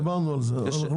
דיברנו על הדברים האלה.